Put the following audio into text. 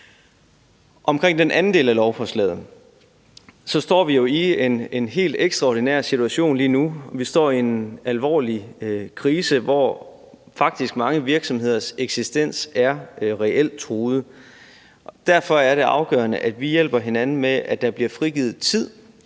Omkring den anden del af lovforslaget vil jeg sige, at vi jo står i en helt ekstraordinær situation lige nu; vi står i en alvorlig krise, hvor mange virksomheders eksistens faktisk reelt er truet. Derfor er det afgørende, at vi hjælper hinanden med, at der bliver frigivet tid,